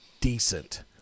decent